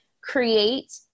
create